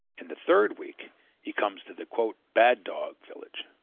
in the third week he comes to the bad dog village.